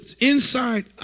inside